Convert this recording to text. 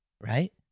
right